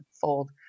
fold